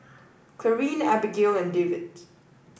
Clarine Abigail and Dewitt